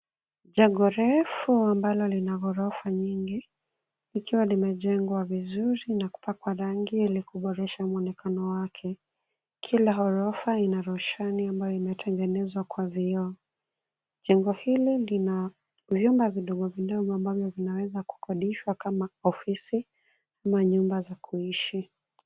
Jengo refu ambalo lina ghorofa nyingi likiwa limejengwa vizuri na kupakwa rangi ili kuboresha muonekano wake ,kila ghorofa ina rushani ambayo ime tengenezwa kwa vioo . Jengo hili lina vyumba vidogo vidogo ambavyo vinaweza kukodishwa kama ofisi ama nyumba za kuishi.